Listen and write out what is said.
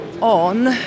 on